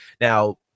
now